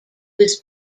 was